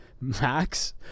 max